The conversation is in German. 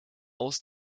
aus